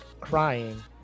crying